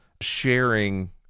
sharing